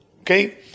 Okay